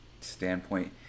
standpoint